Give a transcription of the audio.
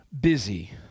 busy